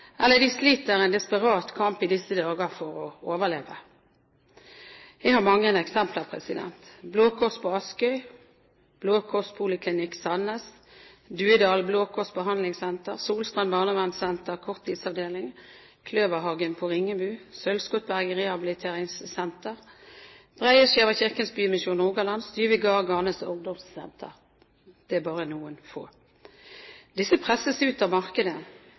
eller de sliter en desperat kamp i disse dager for å overleve. Jeg har mange eksempler: Blå Kors på Askøy, Blå Kors poliklinikk Sandnes, Duedalen Blå Kors behandlingssenter, Solstrand Barnevernsenter korttidsavdeling, Kløverhagen i Ringebu, Sølvskottberget Rehabiliteringssenter, Dreieskjevå Kirkens Bymisjon Rogaland, Styve Gard og Garnes Ungdomssenter. Dette er bare noen få. Disse presses ut av markedet.